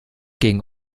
gegen